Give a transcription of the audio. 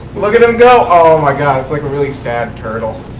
look at him go. oh, my god. it's like a really sad turtle.